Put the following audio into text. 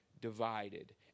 divided